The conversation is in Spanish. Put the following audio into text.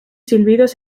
silbidos